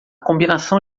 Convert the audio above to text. combinação